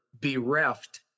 bereft